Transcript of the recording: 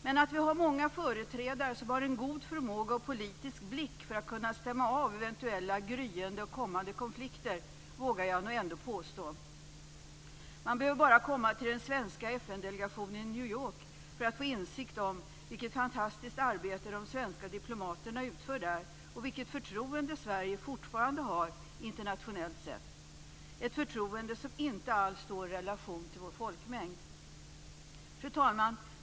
Men att vi har många företrädare som har en god förmåga och politisk blick för att kunna stämma av eventuella gryende och kommande konflikter vågar jag nog ändå påstå. Man behöver bara komma till den svenska FN-delegationen i New York för att få insikt om vilket fantastiskt arbete de svenska diplomaterna utför där och vilket förtroende Sverige fortfarande har internationellt sett, ett förtroende som inte alls står i relation till vår folkmängd. Fru talman!